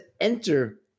enter